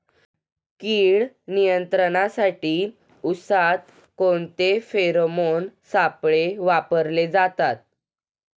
कीड नियंत्रणासाठी उसात कोणते फेरोमोन सापळे वापरले जातात?